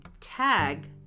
Tag